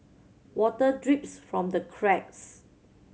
water drips from the cracks